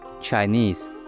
Chinese